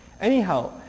Anyhow